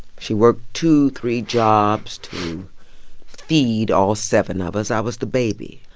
she worked two, three jobs to feed all seven of us. i was the baby.